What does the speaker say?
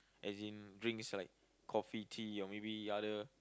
as in drinks like coffee tea or maybe other